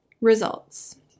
Results